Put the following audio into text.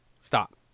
Stop